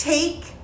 Take